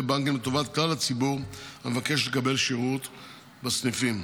בנקים לטובת כלל הציבור המבקש לקבל שירות בסניפים.